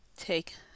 take